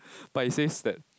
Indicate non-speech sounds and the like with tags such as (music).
(breath) but he says that